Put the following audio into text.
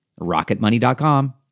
RocketMoney.com